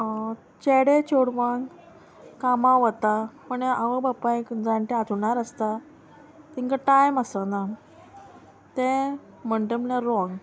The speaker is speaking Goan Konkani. चेडे चेडवांक कामां वता पण आवय बापायक जाणटे हात्रुणार आसता तांकां टायम आसना तें म्हणटा म्हणल्यार रोंग